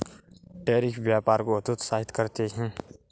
tariff व्यापार को हतोत्साहित करते हैं